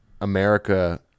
America